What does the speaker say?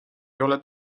oled